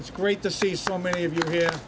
it's great to see so many of you he